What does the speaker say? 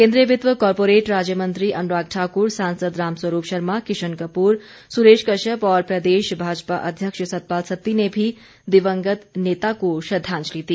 केन्द्रीय वित्त व कॉरपोरेट राज्य मंत्री अनुराग ठाकुर सांसद राम स्वरूप शर्मा किशन कपूर सुरेश कश्यप और प्रदेश भाजपा अध्यक्ष सतपाल सत्ती ने भी दिवंगत नेता को श्रद्धांजलि दी